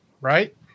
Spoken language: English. Right